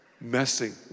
messing